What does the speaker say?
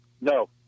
No